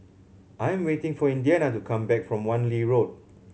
I am waiting for Indiana to come back from Wan Lee Road